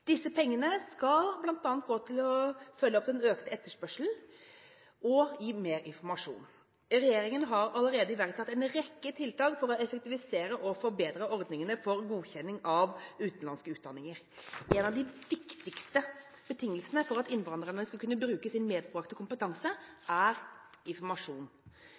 Disse pengene skal bl.a. gå til å følge opp den økte etterspørselen og gi mer informasjon. Regjeringen har allerede iverksatt en rekke tiltak for å effektivisere og forbedre ordningene for godkjenning av utenlandske utdanninger. En av de viktigste betingelsene for at innvandrerne skal kunne bruke sin medbrakte kompetanse, er informasjon.